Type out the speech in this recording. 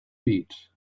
eat